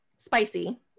spicy